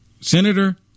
Senator